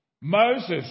Moses